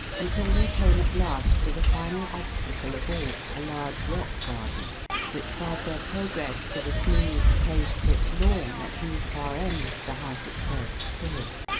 until they came at last to the final obstacle of all a large rock garden which barred their progress to the smooth, close-clipped lawn at whose far end the house itself stood.